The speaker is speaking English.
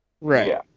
right